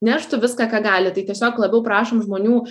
neštų viską ką gali tai tiesiog labiau prašom žmonių